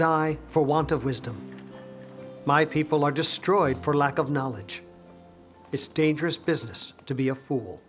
die for want of wisdom my people are destroyed for lack of knowledge is dangerous business to be a fool